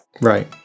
Right